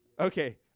Okay